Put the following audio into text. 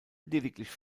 lediglich